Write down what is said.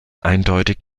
eindeutig